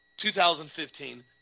2015